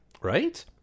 Right